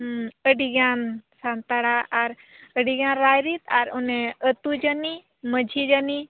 ᱦᱮᱸ ᱟᱹᱰᱤ ᱜᱟᱱ ᱥᱟᱱᱛᱟᱲᱟᱜ ᱟᱨ ᱟᱹᱰᱤ ᱜᱟᱱ ᱨᱟᱭᱨᱤᱛ ᱟᱨ ᱚᱱᱮ ᱟᱹᱛᱩ ᱡᱟᱹᱱᱤ ᱢᱟᱹᱡᱷᱤ ᱡᱟᱹᱱᱤ